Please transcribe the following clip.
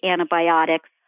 antibiotics